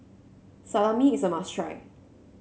salami is a must try